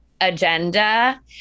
agenda